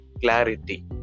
clarity